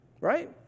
Right